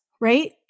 Right